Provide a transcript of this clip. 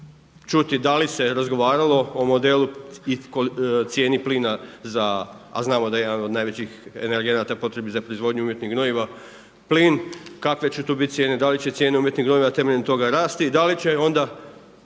da li se razgovaralo o modelu i cijeni plina za, a znamo da je jedan od najvećih energenata potrebnih za proizvodnju umjetnih gnojiva plin, kakve će to biti cijene. Da li će cijene umjetnih gnojiva na temelju toga rasti i da li će onda